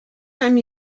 time